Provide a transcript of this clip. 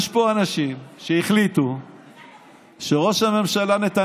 שיש פה אנשים שהחליטו שראש הממשלה נתניהו,